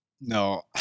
No